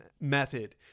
method